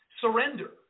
surrender